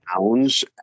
lounge